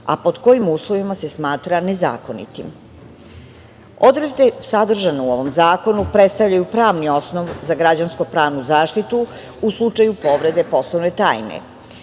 a pod kojim uslovima se smatra nezakonitim. Odredbe sadržane u ovom zakonu predstavljaju pravni osnov za građansko-pravnu zaštitu u slučaju povrede poslovne tajne.